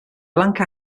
lanka